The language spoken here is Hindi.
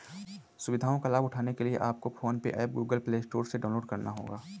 सुविधाओं का लाभ उठाने के लिए आपको PhonePe app Google Play Store से डाउनलोड करना होगा